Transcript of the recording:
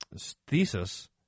thesis